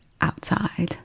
outside